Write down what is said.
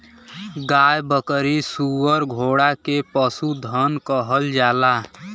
गाय बकरी सूअर घोड़ा के पसुधन कहल जाला